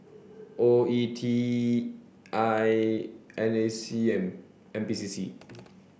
O E T I N A C and N P C C